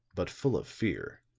but full of fear.